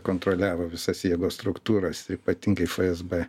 kontroliavo visas jėgos struktūras ypatingai fsb